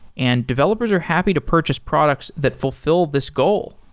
and developers are happy to purchase products that fulfi ll this goal.